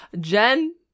Jen